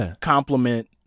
compliment